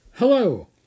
Hello